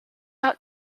out